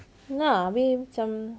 a'ah habis macam